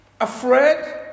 afraid